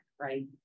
right